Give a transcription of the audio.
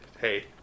Hey